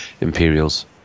Imperials